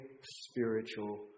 spiritual